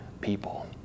people